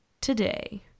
today